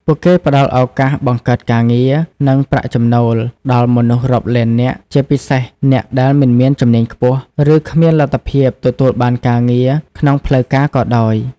ពួកគេផ្តល់ឱកាសបង្កើតការងារ និងប្រាក់ចំណូល ដល់មនុស្សរាប់លាននាក់ ជាពិសេសអ្នកដែលមិនមានជំនាញខ្ពស់ ឬគ្មានលទ្ធភាពទទួលបានការងារក្នុងផ្លូវការក៏ដោយ ។